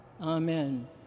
Amen